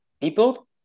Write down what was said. people